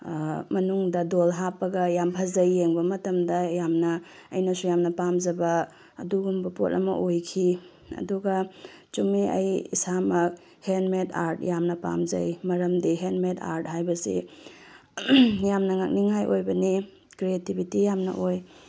ꯃꯅꯨꯡꯗ ꯗꯣꯜ ꯍꯥꯞꯄꯒ ꯌꯥꯝ ꯐꯖꯩ ꯌꯦꯡꯕ ꯃꯇꯝꯗ ꯌꯥꯝꯅ ꯑꯩꯅꯁꯨ ꯌꯥꯝꯅ ꯄꯥꯝꯖꯕ ꯑꯅꯗꯨꯒꯨꯝꯕ ꯄꯣꯠ ꯑꯃ ꯑꯣꯏꯈꯤ ꯑꯗꯨꯒ ꯆꯨꯝꯃꯦ ꯑꯩ ꯏꯁꯥꯃꯛ ꯍꯦꯟꯃꯦꯠ ꯑꯥꯔꯠ ꯌꯥꯝꯅ ꯄꯥꯝꯖꯩ ꯃꯔꯝꯗꯤ ꯍꯦꯟꯃꯦꯠ ꯑꯥꯔꯠ ꯍꯥꯏꯕꯁꯦ ꯌꯥꯝꯅ ꯉꯛꯅꯤꯡꯉꯥꯏ ꯑꯣꯏꯕꯅꯦ ꯀ꯭ꯔꯦꯇꯤꯕꯤꯇꯤ ꯌꯥꯝꯅ ꯑꯣꯏ